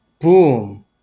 boom